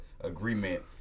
agreement